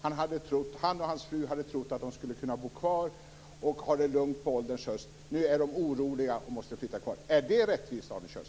Han och hans fru hade trott att de skulle kunna bo kvar och ha det lugnt på ålderns höst. Nu är de oroliga och måste flytta. Är det rättvist,